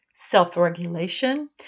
self-regulation